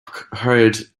heard